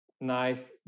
nice